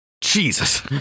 Jesus